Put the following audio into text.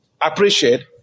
appreciate